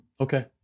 Okay